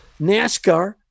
NASCAR